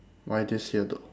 why this year though